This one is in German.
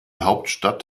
hauptstadt